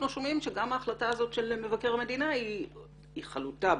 שומעים שגם ההחלטה הזו של מבקר המדינה היא חלוטה,